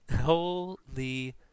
Holy